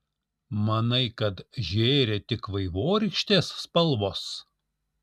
manai kad žėri tik vaivorykštės spalvos